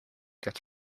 get